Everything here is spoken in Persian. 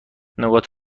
نقاط